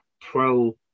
pro